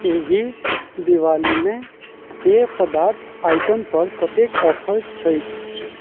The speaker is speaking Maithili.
एहि दिवालीमे पेय पदार्थ आइटम पर कतेक ऑफर छैक